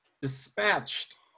dispatched